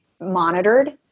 monitored